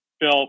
phil